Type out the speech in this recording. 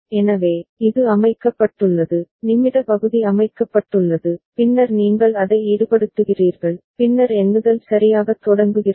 எனவே இது அமைக்கப்பட்டுள்ளது நிமிட பகுதி அமைக்கப்பட்டுள்ளது பின்னர் நீங்கள் அதை ஈடுபடுத்துகிறீர்கள் பின்னர் எண்ணுதல் சரியாகத் தொடங்குகிறது